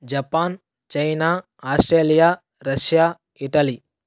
Japan China Australia Russia Italy